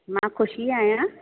मां ख़ुशी आहियां